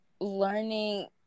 learning